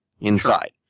inside